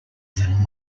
than